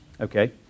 okay